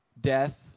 death